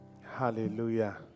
Hallelujah